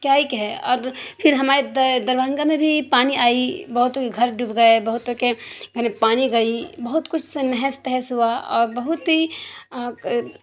کیا ہی کہے اور پھر ہمارے دربھنگہ میں بھی پانی آئی بہت گھر ڈوب گئے بہتوں کے گھر میں پانی گئی بہت کچھ نہس تہس ہوا اور بہت ہی